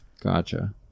gotcha